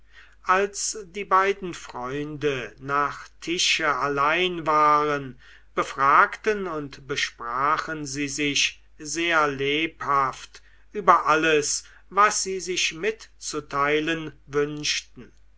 als die beiden freunde nach tische allein waren befragten sie sich sehr lebhaft über alles was sie sich mitzuteilen wünschten